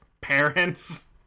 parents